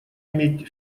иметь